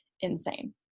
insane